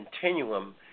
continuum